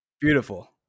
beautiful